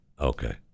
okay